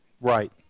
right